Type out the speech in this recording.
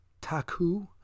Taku